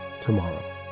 tomorrow